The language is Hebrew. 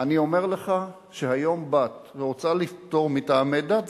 אני אומר לך שהיום בת שרוצה פטור מטעמי דת,